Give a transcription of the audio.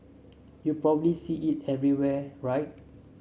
you probably see it everywhere right